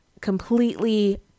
completely